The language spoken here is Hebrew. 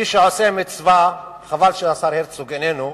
מי שעושה מצווה, חבל שהשר הרצוג איננו,